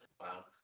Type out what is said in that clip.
Wow